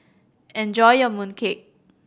enjoy your mooncake